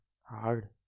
hard